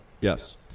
yes